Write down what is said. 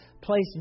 place